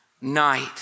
night